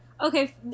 Okay